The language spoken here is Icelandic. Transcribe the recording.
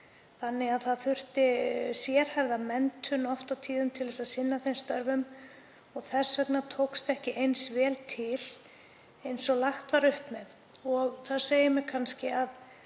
þannig að það þyrfti sérhæfða menntun oft og tíðum til að sinna þeim. Þess vegna tókst ekki eins vel til og lagt var upp með og það segir mér kannski að